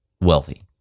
wealthy